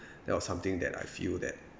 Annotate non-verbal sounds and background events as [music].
[breath] that was something that I feel that